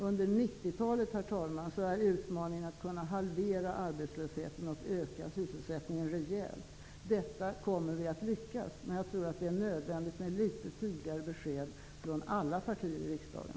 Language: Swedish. Under 90-talet, herr talman, är utmaningen att kunna halvera arbetslösheten och öka sysselsättningen rejält. Detta kommer vi att lyckas med. Men jag tror att det är nödvändigt med litet tydligare besked från alla partier i riksdagen.